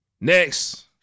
Next